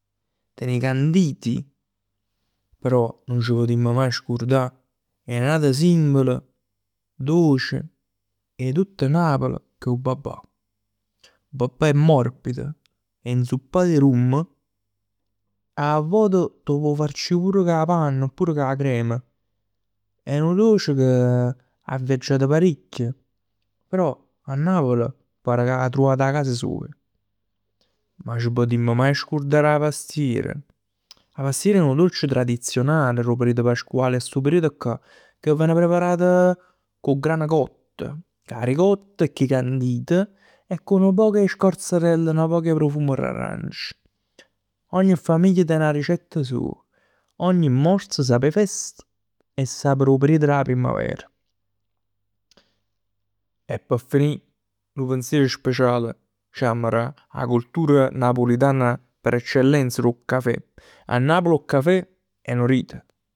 Ten 'e canditi. Però nun ci putimm maje scurdà 'e n'atu simbol doce 'e tutt Napl che è 'o babà. 'O babà è morbido, è nzuppat 'e rum. 'A vvot t' 'o può farcì pur cu 'a panna, cu 'a crem. È nu doce che 'a viaggiat paricchj. Però 'a Napl pare che 'a truvat 'a casa soja. Ma ci putimm maje scurdà d' 'a pastier? 'A pastier è nu dolce tradizional d' 'o periodo pasquale, è 'e stu periodo cà, ca ven preparat cu 'o gran cott, cu 'a ricott e cu 'e candit e cu nu poc 'e scorzatell, nu poc 'e profum d'arancia. Ogni famiglia ten 'a ricetta soja. Ogni morz sap 'e fest e sap 'e periodo d' 'a primaver. E p' finì nu pensiero speciale c'amma dà 'a cultura napulitana per eccellenza d' 'o cafè. 'A Napl 'o cafè è nu rito.